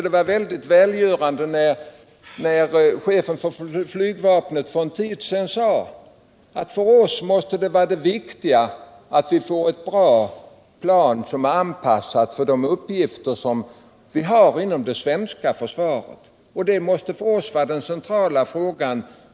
Det var mycket välgörande när chefen för flygvapnet för en tid sedan sade: För oss måste det viktiga vara att vi får ett bra plan, som är anpassat till de behov vi har inom det svenska försvaret. Detta måste för flygvapnet vara den centrala frågan.